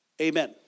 Amen